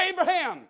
Abraham